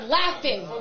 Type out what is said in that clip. laughing